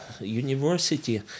university